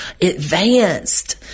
advanced